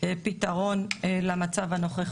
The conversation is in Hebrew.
פתרון למצב הנוכחי.